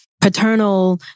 paternal